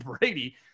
Brady